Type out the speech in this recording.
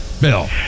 Bill